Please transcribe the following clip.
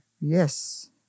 Yes